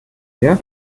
ihr